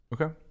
Okay